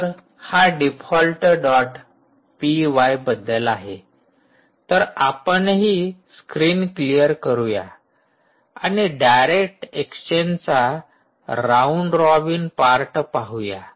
तर हा default dot P Y बद्दल आहे तर आपणही स्क्रीन क्लिअर करूया आणि डायरेक्ट एक्सचेंजचा राऊंड रॉबिन पार्ट पाहूया